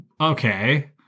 Okay